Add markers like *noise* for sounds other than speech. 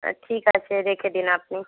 *unintelligible* ঠিক আছে রেখে দিন আপনি